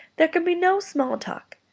there can be no small-talk,